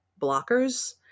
blockers